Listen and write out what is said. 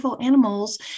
Animals